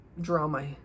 drama